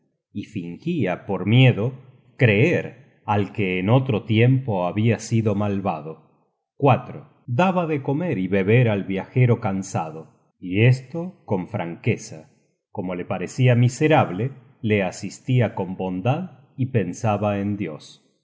y fingia por miedo creer al que en otro tiempo habia sido malvado daba de comer y beber al viajero cansado y esto con franqueza como le parecia miserable le asistia con bondad y pensaba en dios y